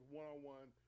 one-on-one